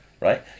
right